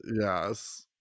yes